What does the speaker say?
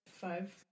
five